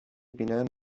بینن